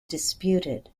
disputed